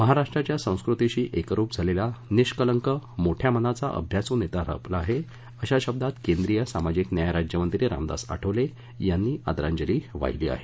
महाराष्ट्राच्या संस्कृतिशी एकरूप झालेला निष्कलंक मोठया मनाचा अभ्यासू नेता हरपला आहे अश्या शब्दांत केंद्रीय सामाजिक न्याय राज्यमंत्री रामदास आठवले यांनी आदरांजली वाहिली आहे